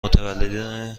متولدین